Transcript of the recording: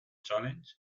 challenge